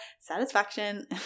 satisfaction